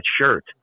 shirt